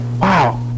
wow